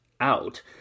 out